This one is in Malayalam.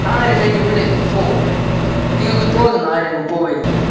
ആരെങ്ങാനും അതിന്റെ ഉള്ളിലേക്ക് പോകുമോ നിങ്ങള്ക്ക് തോന്നുന്നോ ആരെങ്കിലും പോവല്ലീ